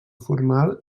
formal